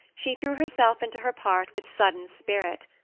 she threw herself into her part with sudden spirit.